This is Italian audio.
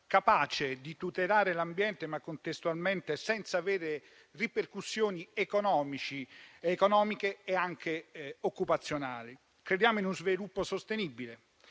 capace di tutelare l'ambiente, ma contestualmente senza ripercussioni economiche e anche occupazionali. Crediamo in uno sviluppo sostenibile,